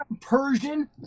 Persian